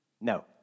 No